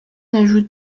ajoute